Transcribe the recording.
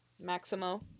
Maximo